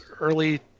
early